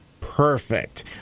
Perfect